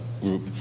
group